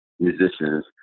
musicians